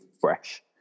fresh